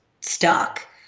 stuck